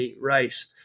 rice